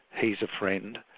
he's a friend,